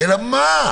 אלא מה?